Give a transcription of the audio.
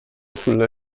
sulla